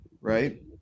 Right